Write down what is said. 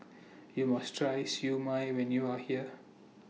YOU must Try Siew Mai when YOU Are here